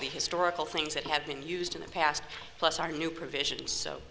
the historical things that have been used in the past plus our new provisions so